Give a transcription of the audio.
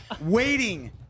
waiting